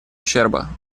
ущерба